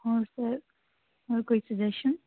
ਹੋਰ ਸਰ ਹੋਰ ਕੋਈ ਸੁਜੈਸ਼ਨ